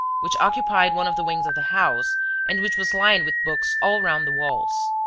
which occupied one of the wings of the house and which was lined with books all round the walls.